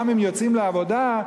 גם אם יוצאים לעבודה,